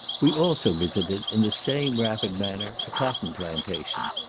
we also visited, in the same rapid manner, a cotton plantation.